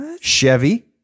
Chevy